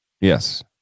Yes